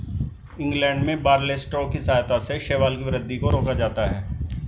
England में barley straw की सहायता से शैवाल की वृद्धि को रोका जाता है